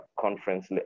conference